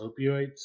opioids